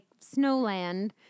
Snowland